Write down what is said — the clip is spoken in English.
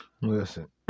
Listen